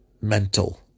mental